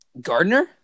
Gardner